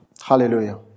Hallelujah